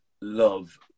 love